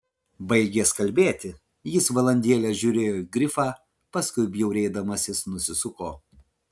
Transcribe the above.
baigęs kalbėti jis valandėlę žiūrėjo į grifą paskui bjaurėdamasis nusisuko